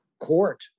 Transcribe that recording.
court